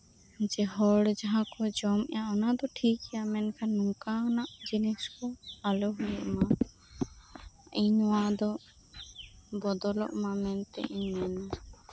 ᱡᱮ ᱦᱚᱲ ᱡᱟᱦᱟᱸᱠᱩ ᱡᱚᱢᱮᱫ ᱟ ᱚᱱᱟᱫᱚ ᱴᱷᱤᱠᱜᱮᱭᱟ ᱢᱮᱱᱠᱷᱟᱱ ᱱᱚᱝᱠᱟᱱᱟᱜ ᱡᱤᱱᱤᱥ ᱠᱩ ᱟᱞᱳ ᱦᱩᱭᱩᱜ ᱢᱟ ᱤᱧ ᱱᱚᱣᱟ ᱫᱚ ᱵᱚᱫᱚᱞᱚᱜ ᱢᱟ ᱢᱮᱱᱛᱮ ᱤᱧ ᱢᱮᱱᱟ